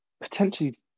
potentially